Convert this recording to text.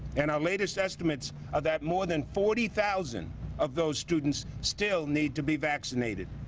and our latest estimates of that more than forty thousand of those students still need to be vaccinated